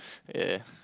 yea